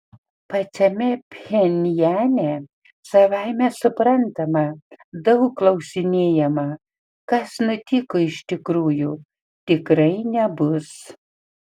pačiame pchenjane savaime suprantama daug klausinėjama kas nutiko iš tikrųjų tikrai nebus